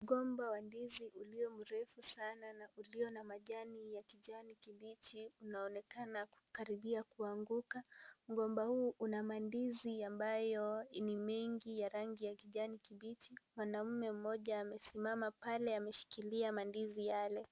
Mgomba wa ndizi ulio mrefu sana na ulio na majani ya kijani kibichi unaonekana kujaribia kuanguka. Mgomba huu una mandizi ambayo ni mengi ya rangi ya kijani kibichi. Mwanaume mmoja amesimama pale ameshikilia mandizi yale.